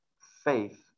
faith